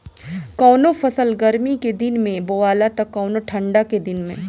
कवनो फसल गर्मी के दिन में बोआला त कवनो ठंडा के दिन में